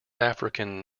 african